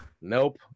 Nope